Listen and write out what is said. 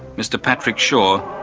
mr patrick shaw,